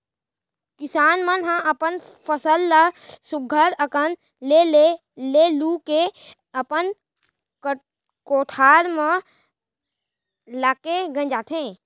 किसान मन ह अपन फसल ल सुग्घर अकन ले लू के अपन कोठार म लाके गांजथें